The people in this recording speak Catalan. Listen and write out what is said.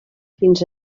fins